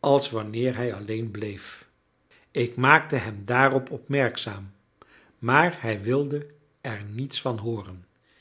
als wanneer hij alleen bleef ik maakte hem daarop opmerkzaam maar hij wilde er niets van hooren